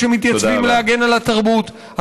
שמתייצבים להגן על התרבות.